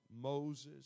Moses